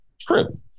true